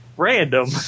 random